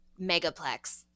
Megaplex